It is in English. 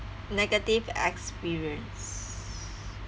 negative experience